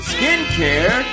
Skincare